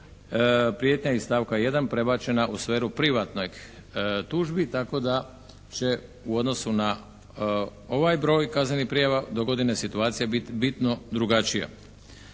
prijetnja iz stavka 1. prebačena u sferu privatnih tužbi, tako da će u odnosu na ovaj broj kaznenih prijava do godine situacija bit bitno drugačija.